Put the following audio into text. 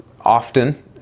Often